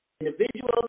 individuals